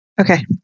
Okay